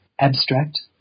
abstract